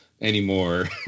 anymore